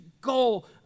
goal